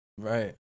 Right